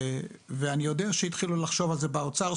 אני יודע שהתחילו לחשוב על זה באוצר,